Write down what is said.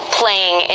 playing